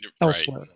elsewhere